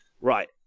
right